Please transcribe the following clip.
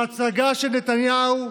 בהצגה של נתניהו,